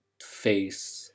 face